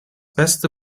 beste